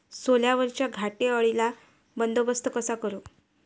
सोल्यावरच्या घाटे अळीचा बंदोबस्त कसा करू?